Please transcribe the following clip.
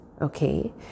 Okay